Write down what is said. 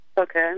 Okay